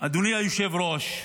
אדוני היושב-ראש,